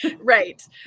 Right